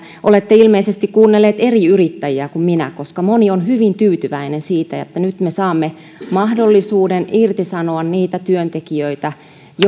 olette ilmeisesti kuunnellut eri yrittäjiä kuin minä koska moni on hyvin tyytyväinen siitä että nyt me saamme mahdollisuuden irtisanoa niitä työntekijöitä